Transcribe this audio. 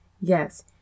Yes